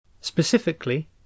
Specifically